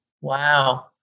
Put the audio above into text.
Wow